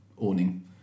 awning